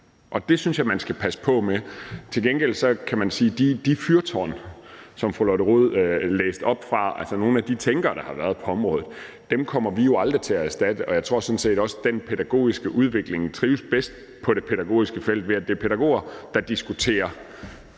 og det synes jeg man skal passe på med. Til gengæld kan man sige, at de fyrtårne, som fru Lotte Rod læste op af, altså nogle af de tænkere, der har været på området, kommer vi jo aldrig til at erstatte, og jeg tror sådan set også, at den pædagogiske udvikling trives bedst på det pædagogiske felt, ved at det er pædagoger, der diskuterer: